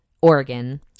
Oregon